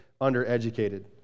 undereducated